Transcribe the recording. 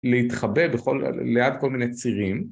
להתחבא ליד כל מיני צירים